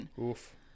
Oof